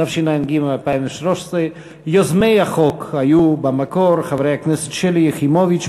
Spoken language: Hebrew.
התשע"ג 2013. יוזמי החוק היו במקור חברי הכנסת שלי יחימוביץ,